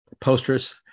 posters